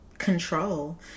Control